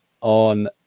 on